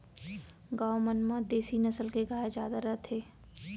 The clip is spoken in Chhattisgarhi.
गॉँव मन म देसी नसल के गाय जादा रथे